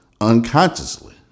unconsciously